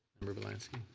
member bielanski